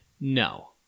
No